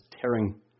tearing